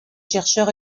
chercheur